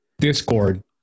Discord